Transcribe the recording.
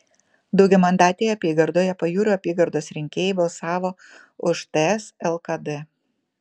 daugiamandatėje apygardoje pajūrio apygardos rinkėjai balsavo už ts lkd